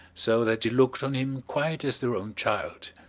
so that they looked on him quite as their own child.